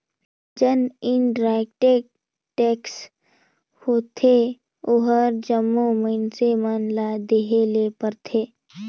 जेन indirect tax होथे ओहर जम्मो मइनसे मन ल देहे ले परथे